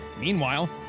Meanwhile